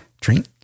Drink